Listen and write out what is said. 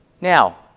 Now